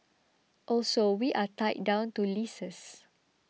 also we are tied down to leases